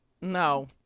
No